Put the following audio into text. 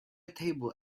table